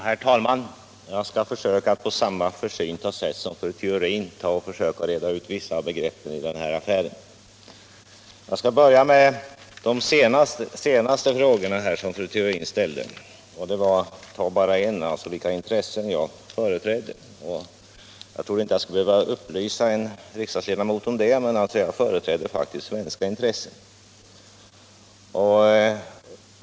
Herr talman! Jag skall försöka att på samma försynta sätt som fru Theorin reda ut vissa begrepp i den här affären. Till att börja med vill jag ta upp den sista frågan som fru Theorin ställde, nämligen frågan om vilka intressen jag företräder. Jag trodde inte att jag skulle behöva upplysa en riksdagsledamot om detta, men mitt svar är: Jag företräder faktiskt svenska intressen.